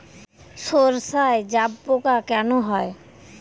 সর্ষায় জাবপোকা কেন হয়?